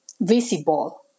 visible